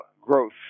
growth